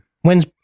When's